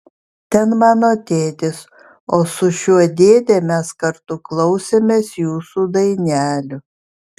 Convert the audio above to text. ten mano tėtis o su šiuo dėde mes kartu klausėmės jūsų dainelių